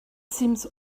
seems